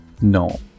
No